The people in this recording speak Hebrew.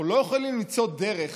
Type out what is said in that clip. אנחנו לא יכולים למצוא דרך